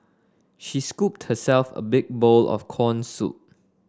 she scooped herself a big bowl of corn soup